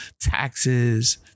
taxes